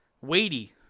weighty